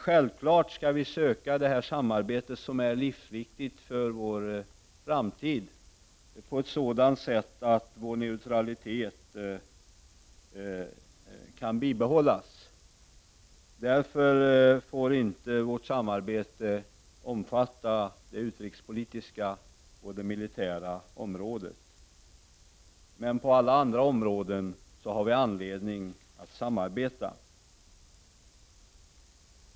Självfallet skall vi söka få det här samarbetet, som är livsviktigt för vår framtid, utformat på ett sådant sätt att vår neutralitet kan bibehållas. Därför får det samarbetet inte omfatta det utrikespolitiska och det militära området. Men på alla andra områden har vi anledning att samarbeta.